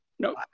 No